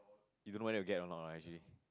you don't know whether you will get or not right actually